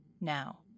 now